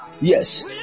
Yes